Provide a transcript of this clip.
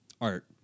Art